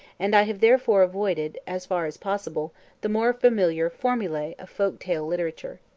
and i have therefore avoided as far as possible the more familiar formulae of folk-tale literature.